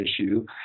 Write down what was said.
issue